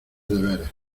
deberes